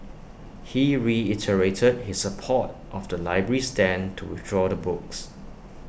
he reiterated his support of the library's stand to withdraw the books